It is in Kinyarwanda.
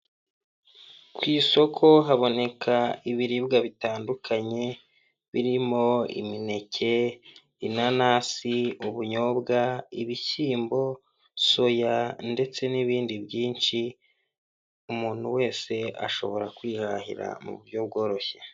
Ku isoko haboneka ibiribwa bitandukanye birimo imineke, inanasi, ubunyobwa, ibishyimbo, soya ndetse n'ibindi byinshi umuntu wese ashobora kwihahira mu buryo bworoshye.